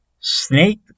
Snake